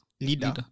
leader